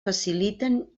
faciliten